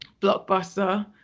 Blockbuster